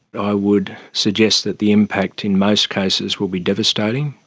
i would suggest that the impact in most cases will be devastating,